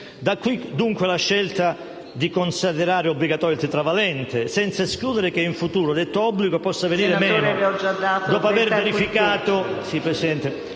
Da qui dunque la scelta di considerare obbligatorio il vaccino tetravalente, senza escludere che in futuro detto obbligo possa venire meno,